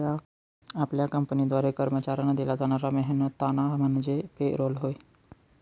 आपल्या कंपनीद्वारे कर्मचाऱ्यांना दिला जाणारा मेहनताना म्हणजे पे रोल होय